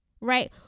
right